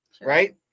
right